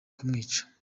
kumwica